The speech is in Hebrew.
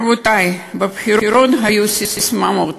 רבותי, בבחירות היו ססמאות,